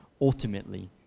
Ultimately